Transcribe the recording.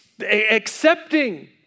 accepting